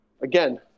Again